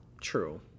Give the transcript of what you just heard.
True